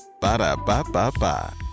Ba-da-ba-ba-ba